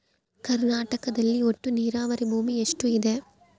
ಕರ್ನಾಟಕದಲ್ಲಿ ಒಟ್ಟು ನೇರಾವರಿ ಭೂಮಿ ಎಷ್ಟು ಇದೆ?